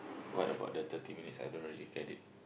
what about the thirty minutes I don't really get it